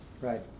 Right